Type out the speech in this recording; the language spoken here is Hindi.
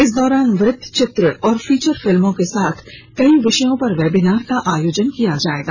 इस दौरान वृत चित्र और फीचर फिल्मों के साथ कई विषयों पर वेबिनार का आयोजन किया जायेगा